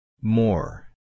More